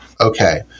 Okay